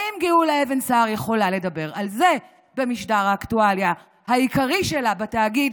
האם גאולה אבן סער יכולה לדבר על זה במשדר האקטואליה העיקרי שלה בתאגיד,